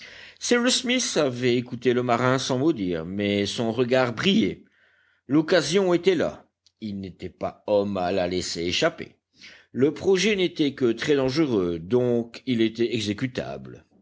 avait écouté le marin sans mot dire mais son regard brillait l'occasion était là il n'était pas homme à la laisser échapper le projet n'était que très dangereux donc il était